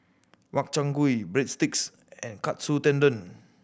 Makchang Gui Breadsticks and Katsu Tendon